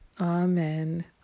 amen